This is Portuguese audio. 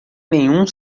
nenhum